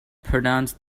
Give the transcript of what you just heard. pronounced